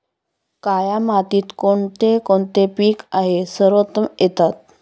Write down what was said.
काया मातीत कोणते कोणते पीक आहे सर्वोत्तम येतात?